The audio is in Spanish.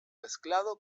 mezclado